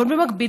אבל במקביל,